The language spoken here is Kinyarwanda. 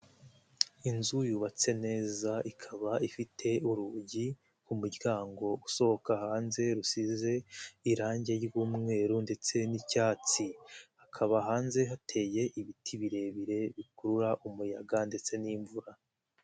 Inzu yubatse neza ikaba ifite urugi rw'umuryango usohoka hanze rusize irangi ry'umweru, ndetse n'icyatsi hakaba hanze hateye ibiti birebire bikurura umuyaga ndetse n'imvura.